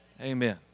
Amen